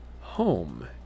home